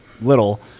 little